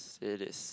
it is